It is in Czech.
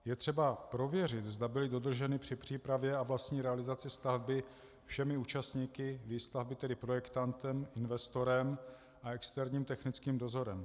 Je třeba prověřit, zda byly dodrženy při přípravě a vlastní realizaci stavby všemi účastníky výstavby, tedy projektantem, investorem a externím technickým dozorem.